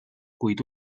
kuid